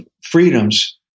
freedoms